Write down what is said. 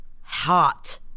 hot